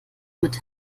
mit